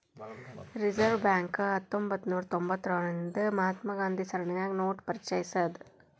reserve bank ಹತ್ತೊಂಭತ್ನೂರಾ ತೊಭತಾರ್ರಿಂದಾ ರಿಂದ ಮಹಾತ್ಮ ಗಾಂಧಿ ಸರಣಿನ್ಯಾಗ ನೋಟ ಪರಿಚಯಿಸೇದ್